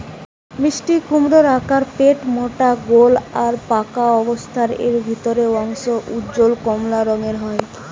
মিষ্টিকুমড়োর আকার পেটমোটা গোল আর পাকা অবস্থারে এর ভিতরের অংশ উজ্জ্বল কমলা রঙের হয়